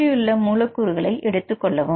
சுற்றியுள்ள மூலக்கூறுகளை எடுத்துக்கொள்ளவும்